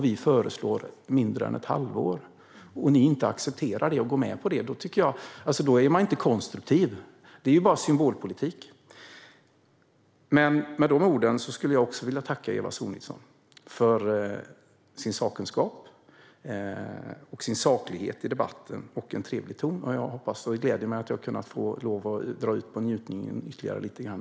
Vi föreslår mindre än ett halvår. När ni inte accepterar och går med på det tycker jag inte att ni är konstruktiva. Det är ju bara symbolpolitik. Men med det sagt skulle jag också vilja tacka Eva Sonidsson för hennes sakkunskap, hennes saklighet i debatten och hennes trevliga ton. Det gläder mig att jag har fått lov att dra ut på njutningen ytterligare lite grann.